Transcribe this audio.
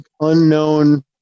unknown